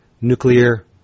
nuclear